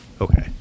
Okay